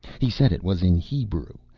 he said it was in hebrew,